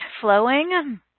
flowing